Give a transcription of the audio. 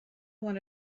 one